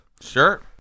Sure